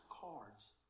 cards